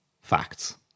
facts